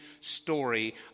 story